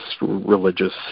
religious